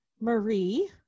Marie